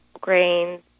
grains